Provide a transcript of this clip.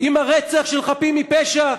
עם הרצח של חפים מפשע?